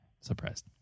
surprised